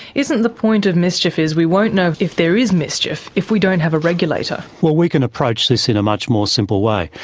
isn't the point of mischief is we won't know if if there is mischief if we don't have a regulator? well, we can approach this in a much more simple way.